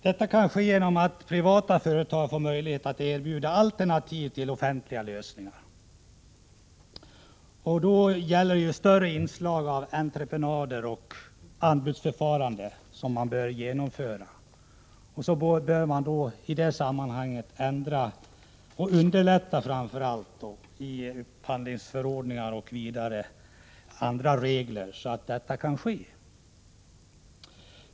Detta kan ske genom att privata företag får möjlighet att erbjuda alternativ till offentliga lösningar. Då gäller det att införa större inslag av entreprenader och anbudsförfarande. Man bör också i det sammanhanget ändra och underlätta när det gäller upphandlingsförordningar och andra regler i den offentliga sektorn, så att detta kan ske.